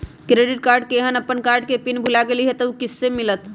Credit card केहन अपन card के पिन भुला गेलि ह त उ कईसे मिलत?